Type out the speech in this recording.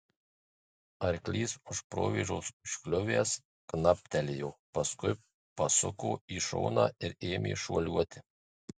arklys už provėžos užkliuvęs knaptelėjo paskui pasuko į šoną ir ėmę šuoliuoti